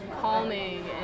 calming